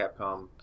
Capcom